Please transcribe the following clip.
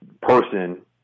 person